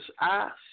ask